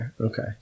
Okay